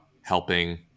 helping